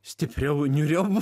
stipriau niūriau